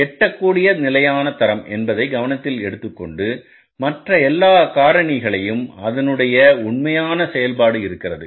எட்டக்கூடிய நிலையான தரம் என்பதை கவனத்தில் எடுத்துக்கொண்டு மற்ற எல்லா காரணிகளையும் அதனுடைய உண்மையான செயல்பாடு இருக்கிறது